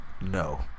No